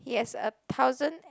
he has a thousand